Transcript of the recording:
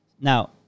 Now